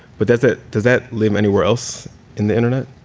but that's it. does that live anywhere else in the internet?